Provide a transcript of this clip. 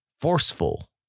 forceful